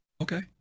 Okay